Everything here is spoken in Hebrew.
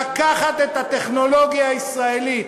לקחת את הטכנולוגיה הישראלית,